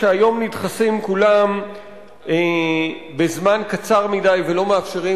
שהיום נדחסים כולם בזמן קצר מדי ולא מאפשרים